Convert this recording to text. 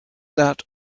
that